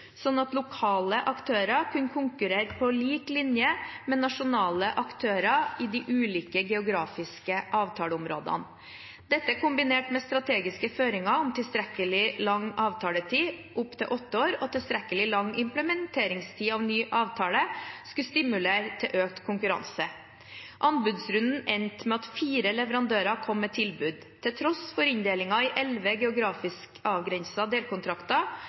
at lokale aktører kunne konkurrere på lik linje med nasjonale aktører i de ulike geografiske avtaleområdene. Dette, kombinert med strategiske føringer om tilstrekkelig lang avtaletid, opptil åtte år, og tilstrekkelig lang implementeringstid av ny avtale, skulle stimulere til økt konkurranse. Anbudsrunden endte med at fire leverandører kom med tilbud. Til tross for inndelingen i elleve geografisk avgrensede delkontrakter